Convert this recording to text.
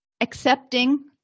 accepting